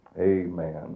Amen